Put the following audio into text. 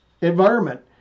environment